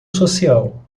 social